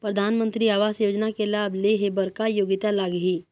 परधानमंतरी आवास योजना के लाभ ले हे बर का योग्यता लाग ही?